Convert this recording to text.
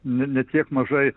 ne tiek mažai